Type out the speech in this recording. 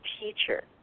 teacher